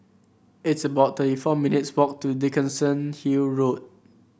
it's about thirty four minutes walk to Dickenson Hill Road